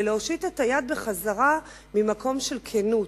ולהושיט את היד בחזרה ממקום של כנות.